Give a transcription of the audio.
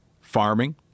farming